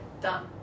Done